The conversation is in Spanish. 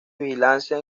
vigilancia